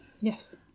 yes